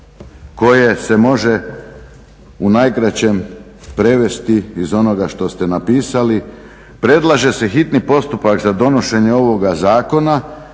koje se može u najkraćem prevesti iz onoga što ste napisali. Predlaže se hitni postupak za donošenje ovoga zakona